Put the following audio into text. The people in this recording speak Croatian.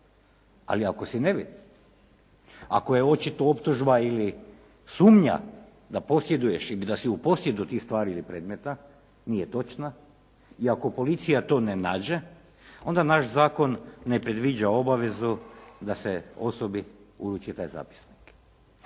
Ali ako si nevin, ako je očito optužba ili sumnja da posjeduješ i da si u posjedu tih stvari ili predmeta nije točna i ako policija to ne nađe onda naš zakon ne predviđa obavezu da se osobi uruči taj zapisnik.